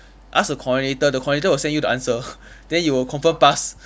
ask the coordinator the coordinator will send you the answer then you will confirm pass